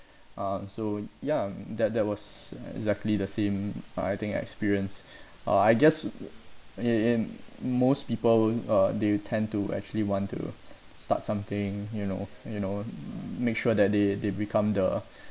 um so ya that that was exactly the same uh I think experience uh I guess in in most people uh they tend to actually want to start something you know you know make sure that they they become the